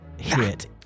hit